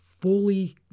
fully